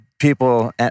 people